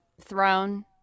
throne